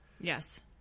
yes